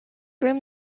room